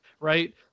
right